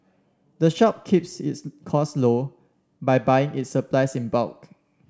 the shop keeps its cost low by buying it supplies in bulk